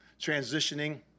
transitioning